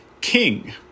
king